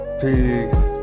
Peace